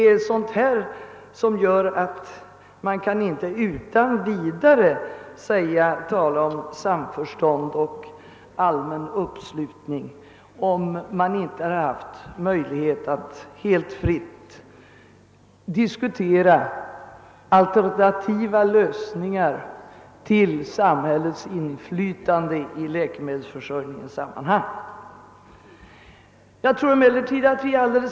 Om man inte har haft möjlighet att helt fritt diskutera alternativa lösningar på frågan om samhällets inflytande över läkemedelsförsörjningen, kan man inte utan vidare tala om samförstånd och allmän uppslutning.